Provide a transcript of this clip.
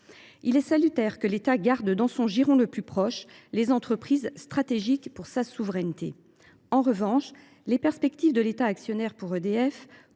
Il est salutaire que l’État garde dans son giron les entreprises stratégiques pour sa souveraineté. En revanche, les perspectives de l’État actionnaire pour EDF,